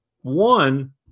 one